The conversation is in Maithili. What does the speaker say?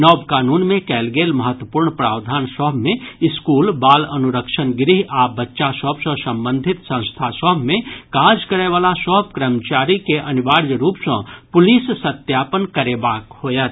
नव कानून मे कयल गेल महत्वपूर्ण प्रावधान सभ मे स्कूल बाल अनुरक्षण गृह आ बच्चा सभ सॅ संबंधित संस्था सभ मे काज करय वला सभ कर्मचारी के अनिवार्य रूप सॅ पुलिस सत्यापन करेबाक होयत